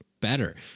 better